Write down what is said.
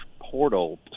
portal